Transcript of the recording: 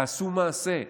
תעשו מעשה.